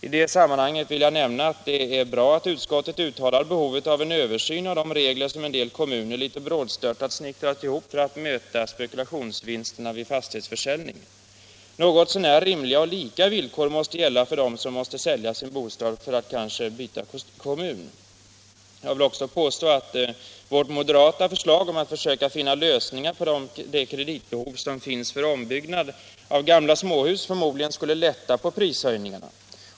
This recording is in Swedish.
I det sammanhanget vill jag nämna att det är bra att utskottet uttalar behovet av en översyn av de regler som en del kommuner litet brådstörtat snickrat ihop för att motverka spekulationsvinster vid fastighetsförsäljning. Något så när rimliga och lika villkor måste gälla för dem som tvingas sälja sin bostad för att kanske byta kommun. Jag vill också påstå att det moderata förslaget att försöka finna lösningar på problemen med det kreditbehov som finns när det gäller ombyggnad av gamla småhus förmodligen skulle minska prishöjningarna.